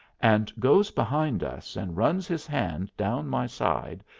and goes behind us and runs his hand down my side,